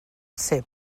cep